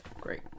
Great